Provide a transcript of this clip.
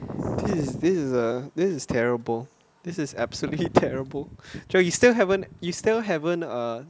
this is a this is terrible this is absolutely terrible jarrell you still haven't you still haven't ah